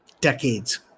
decades